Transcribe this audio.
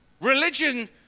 Religion